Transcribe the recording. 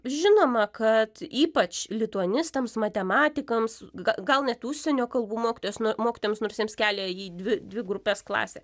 žinoma kad ypač lituanistams matematikams gal net užsienio kalbų mokytojos nu mokytojams nors jiems kelia į dvi dvi grupes klasę